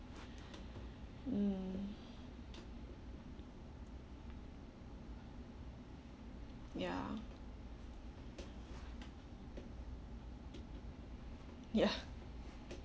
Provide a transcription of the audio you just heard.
mm ya ya